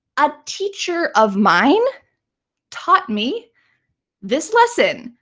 a teacher of mine taught me this lesson,